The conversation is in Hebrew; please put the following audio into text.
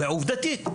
עובדתית.